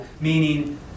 meaning